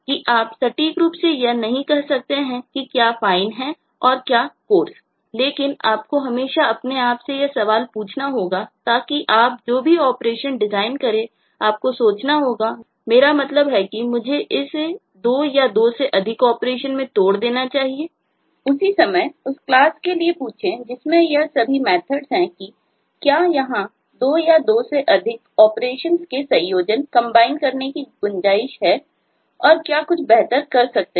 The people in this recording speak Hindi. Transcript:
कि आप सटीक रूप से यह नहीं कह सकते हैं कि क्या फाइन करने की गुंजाइश है और क्या कुछ बेहतर कर सकते हैं